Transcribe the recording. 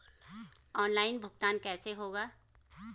Online भुगतान कैसे होगा?